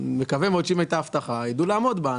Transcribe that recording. נקווה מאוד שאם הייתה הבטחה, ידעו לעמוד בה.